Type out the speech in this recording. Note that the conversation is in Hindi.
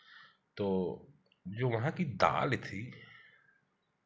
तो जो वहाँ की दाल थी